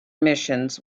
missions